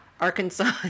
Arkansas